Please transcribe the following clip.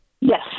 Yes